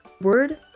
Word